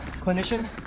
clinician